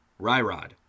Ryrod